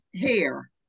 hair